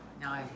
No